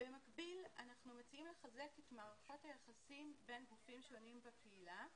במקביל אנחנו מציעים לחזק את מערכות היחסים בין גופים שונים בקהילה.